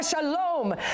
Shalom